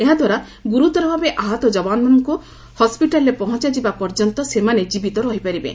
ଏହାଦ୍ୱାରା ଗ୍ରର୍ତର ଭାବେ ଆହତ ଯବାନମାନଙ୍କୁ ହସ୍କିଟାଲ୍ରେ ପହଞ୍ଚାଯିବା ପର୍ଯ୍ୟନ୍ତ ସେମାନେ ଜୀବିତ ରହିପାରିବେ